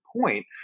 point